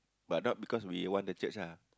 but not because we want the church ah